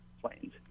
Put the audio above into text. planes